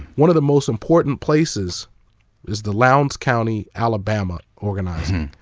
one of the most important places is the lowndes county, alabama organizing.